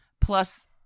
plus